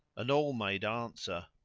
and all made answer,